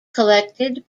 collected